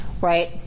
Right